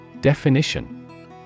Definition